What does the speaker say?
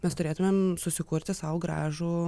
mes turėtumėm susikurti sau gražų